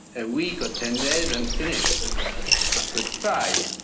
a week or ten days and finished and offered pie,